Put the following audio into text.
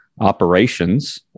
operations